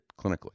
clinically